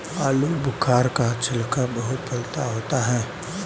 आलूबुखारा का छिलका बहुत पतला होता है